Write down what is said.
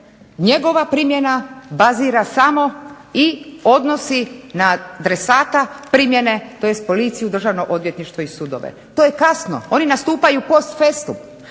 njegova primjena bazira samo i odnosi na trsata primjene tj. Policiju, Državno odvjetništvo i sudove. To je kasno, oni nastupaju post festum.